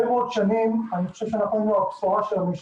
מאוד שנים אני חושב שאנחנו הבשורה של המשק.